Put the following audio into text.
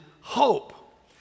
hope